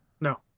No